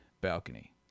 balcony